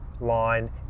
line